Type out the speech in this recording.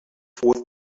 fourth